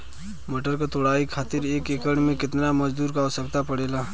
मटर क तोड़ाई खातीर एक एकड़ में कितना मजदूर क आवश्यकता पड़ेला?